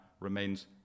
remains